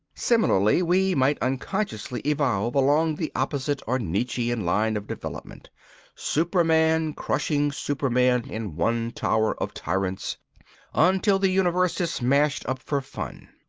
similarly, we might unconsciously evolve along the opposite or nietzschian line of development superman crushing superman in one tower of tyrants until the universe is smashed up for fun.